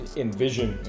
envision